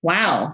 Wow